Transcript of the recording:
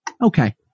Okay